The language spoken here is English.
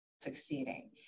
succeeding